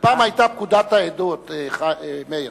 פעם היתה פקודת העדות, מאיר.